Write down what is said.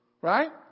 Right